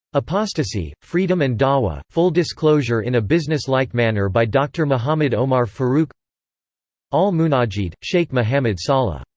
apostasy, freedom and da'wah full disclosure in a business-like manner by dr. mohammad omar farooq al-munajjid, sheikh muhammed salih.